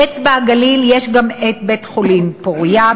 לאצבע-הגליל יש גם את בית-החולים "פורייה",